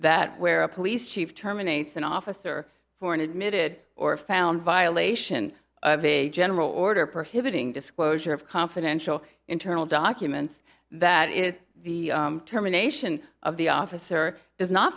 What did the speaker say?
that where a police chief terminates an officer for an admitted or found violation of a general order prohibiting disclosure of confidential internal documents that is the term a nation of the officer does not